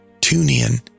TuneIn